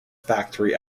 factory